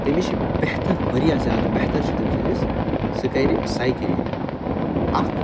تٔمِس چھُ بہتر واریاہ زیادٕ بہتر چھُ تٔمۍ سٕنٛدس سُہ کَرِ سایکٕلنٛگ